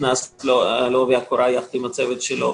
שנכנס לעובי הקורה יחד עם הצוות שלו.